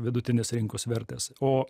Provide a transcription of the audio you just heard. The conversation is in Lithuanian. vidutinės rinkos vertės o